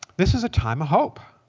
this is a time of hope.